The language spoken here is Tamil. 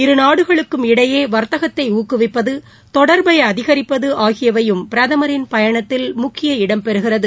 இருநாடுகளுக்கிடையே வர்த்கத்தை ஊக்குவிப்பது தொடர்பை அதிகரிப்பது ஆகியவையும் பிரதமரின் பயணத்தில் முக்கிய இடம் பெறுகிறது